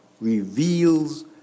reveals